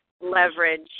Leverage